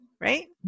right